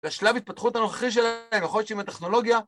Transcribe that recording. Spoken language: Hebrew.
לשלב התפתחות הנוכחי שלנו, יכול להיות שעם הטכנולוגיה